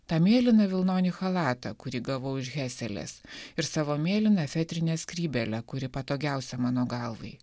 tą mėlyną vilnonį chalatą kurį gavau iš heselės ir savo mėlyną fetrinę skrybėlę kuri patogiausia mano galvai